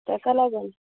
तेका लागून